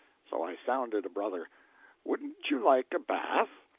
so i sounded a brother wouldn't you like a bath?